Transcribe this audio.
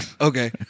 Okay